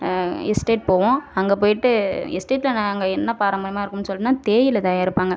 estate போவோம் அங்கே போயிவிட்டு எஸ்டேட்டில் நாங்கள் என்ன பாரம்பரியமாக இருக்கும்னு சொன்னால் தேயிலை தயாரிப்பாங்க